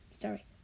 Sorry